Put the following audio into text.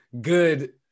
good